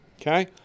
Okay